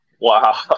Wow